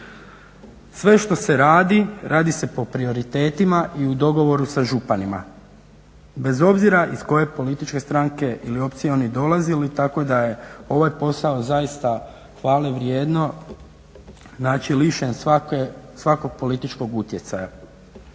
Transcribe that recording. Sve što se radi, radi se po prioritetima i u dogovoru sa županima bez obzira iz koje političke stranke ili opcije oni dolazili tako da je ovaj posao zaista hvalevrijedan, znači lišen svakog političkog utjecaja.